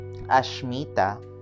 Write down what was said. ashmita